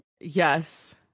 Yes